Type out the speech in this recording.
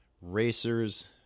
racers